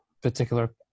particular